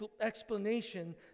explanation